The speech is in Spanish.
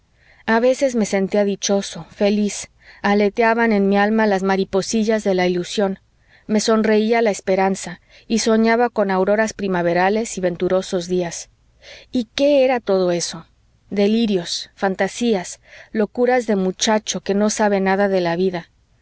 a veces me sentía dichoso feliz aleteaban en mi alma las mariposillas de la ilusión me sonreía la esperanza y soñaba con auroras primaverales y venturosos días y qué era todo eso delirios fantasías locuras de muchacho que no sabe nada de la vida